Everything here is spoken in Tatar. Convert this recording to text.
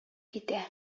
китә